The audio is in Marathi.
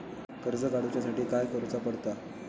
कर्ज काडूच्या साठी काय करुचा पडता?